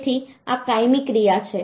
તેથી આ કાયમી ક્રિયા છે